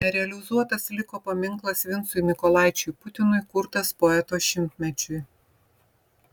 nerealizuotas liko paminklas vincui mykolaičiui putinui kurtas poeto šimtmečiui